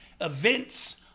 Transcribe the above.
events